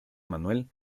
manuel